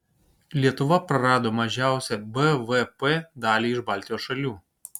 lietuva prarado mažiausią bvp dalį iš baltijos šalių